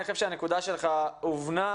אני חושב שהנקודה שלך הובנה.